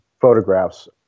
photographs